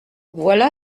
voilà